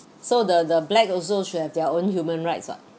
so the the black also should have their own human rights [what]